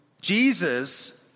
Jesus